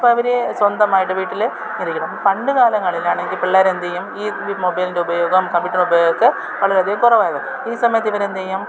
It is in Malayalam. അപ്പം അവർ സ്വന്തമായിട്ട് വീട്ടിൽ ഇരിക്കണം പണ്ട് കാലങ്ങളിലാണെങ്കിൽ പിള്ളേരെ എന്ത് ചെയ്യും ഈ മൊബൈലിൻ്റെ ഉപയോഗം കമ്പ്യൂട്ടറിൻ്റെ ഉപയോഗമൊക്കെ വളരെയധികം കുറവായതുകൊണ്ട് ഈ സമയത്ത് ഇവരെ എന്ത് ചെയ്യും